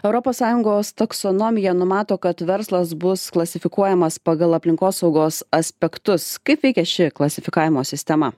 europos sąjungos taksonomija numato kad verslas bus klasifikuojamas pagal aplinkosaugos aspektus kaip veikia ši klasifikavimo sistema